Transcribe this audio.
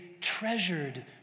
treasured